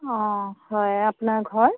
অঁ হয় আপোনাৰ ঘৰ